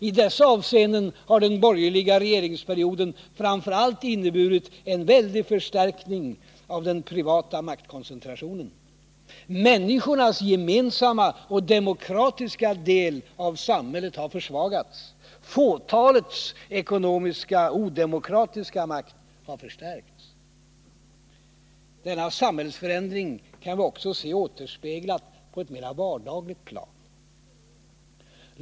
I dessa avseenden har den borgerliga regeringsperioden framför allt inneburit en väldig förstärkning av den privata maktkoncentrationen. Människornas gemensamma och demokratiska del av samhället har försvagats. Fåtalets ekonomiska odemokratiska makt har förstärkts. Denna samhällsförändring kan vi också se återspeglad på ett mer vardagligt plan.